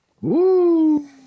Woo